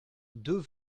deux